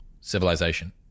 civilization